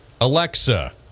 Alexa